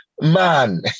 man